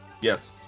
Yes